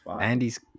Andy's